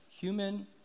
human